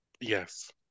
Yes